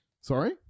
sorry